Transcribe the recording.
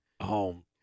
home